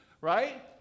right